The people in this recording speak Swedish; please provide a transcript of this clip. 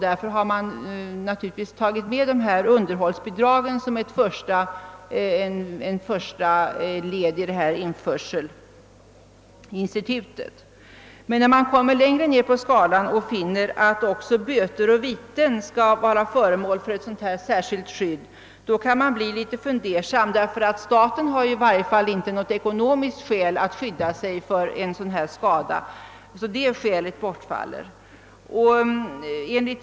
Därför har man naturligtvis tagit med underhållsbidragen som ett första led i införselinstitutet. Men när man kommer längre ner på skalan och finner att också böter och viten skall vara föremål för ett särskilt skydd, då kan man bli en aning fundersam, ty staten har i varje fall inte Något ekonomiskt skäl att skydda sig en sådan skada. Det skälet bortfaler.